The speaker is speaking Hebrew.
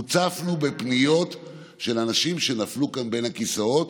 הוצפנו בפניות של אנשים שנפלו כאן בין הכיסאות.